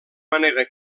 manera